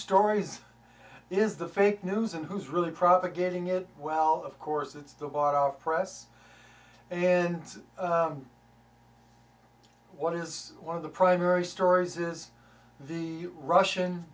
stories is the fake news and who's really propagating it well of course it's the lot of press and what is one of the primary stories is the russian